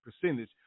percentage